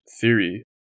theory